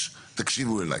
חבר'ה, אני מבקש, תקשיבו אליי,